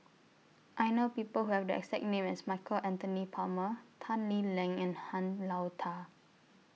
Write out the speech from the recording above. I know People Who Have The exact name as Michael Anthony Palmer Tan Lee Leng and Han Lao DA